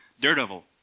Daredevil